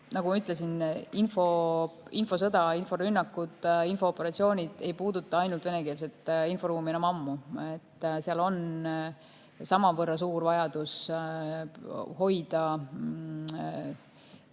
ma ütlesin, infosõda, inforünnakud, infooperatsioonid ei puuduta ainult venekeelset inforuumi enam ammu. On samavõrra suur vajadus hoida